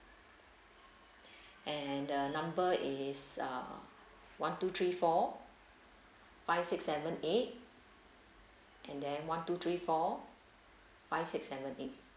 and the number is uh one two three four five six seven eight and then one two three four five six seven eight